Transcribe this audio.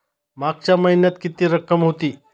मागच्या महिन्यात किती रक्कम होती?